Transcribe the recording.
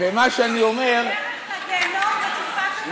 ומה שאני אומר, הדרך לגיהינום רצופה כוונות טובות.